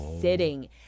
sitting